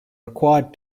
required